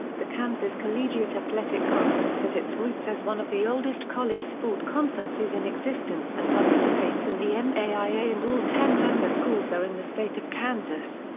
the kansas collegiate athletic conference has its roots as one of the oldest college sport conferences in existence and participates in the and naia and all ten member schools are in the state of kansas.